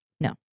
No